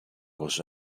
was